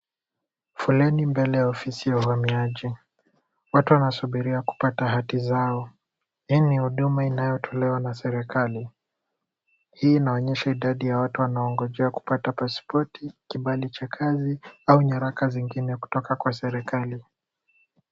Foleni mbele ya ofisi ya uhamiaji. Watu wanasubiria kupata haki zao. Hii ni huduma inayotolewa na serikali. Hii inaonyesha idadi ya watu wanaongoja kupata pasipoti, kibali cha kazi au nyaraka zingine kutoka kwa serikali.